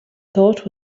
thought